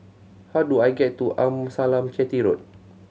how do I get to Amasalam Chetty Road